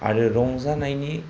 आरो रंजानायनि